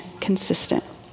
consistent